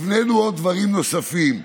הבנינו דברים נוספים.